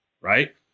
right